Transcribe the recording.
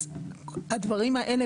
אז הדברים האלה,